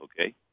okay